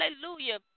Hallelujah